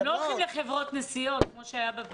הכספים לא הולכים לחברות נסיעות כמו שהיה.